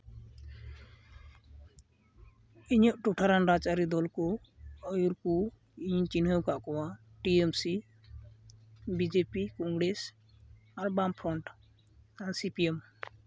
ᱤᱧᱟᱹᱜ ᱴᱚᱴᱷᱟ ᱨᱮᱱ ᱨᱟᱡᱽᱼᱟᱹᱨᱤ ᱫᱚᱞ ᱠᱚ ᱟᱹᱭᱩᱨ ᱠᱚ ᱤᱧ ᱪᱤᱱᱦᱟᱹᱣ ᱠᱟᱜ ᱠᱚᱣᱟ ᱴᱤᱭᱮᱢᱥᱤ ᱵᱤᱡᱮᱯᱤ ᱠᱚᱝᱜᱨᱮᱹᱥ ᱟᱨ ᱵᱟᱢᱯᱷᱨᱚᱱᱴ ᱟᱨ ᱥᱤᱯᱤᱭᱮᱢ